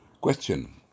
Question